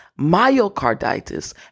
myocarditis